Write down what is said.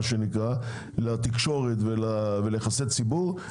לתקשורת וליחסי ציבור,